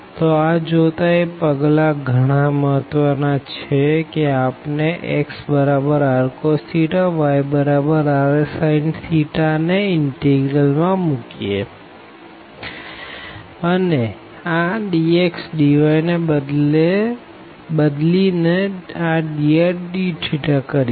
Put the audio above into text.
તો આ જોતા એ પગલા ઘણા મહત્વના છે કે આપણે xrcos yrsin ને ઇનટીગ્રલ માં મુકીએ અને આ dx dy ને બદલી ને rdrdθ કરીએ